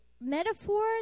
Metaphors